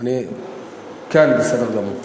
בסדר גמור.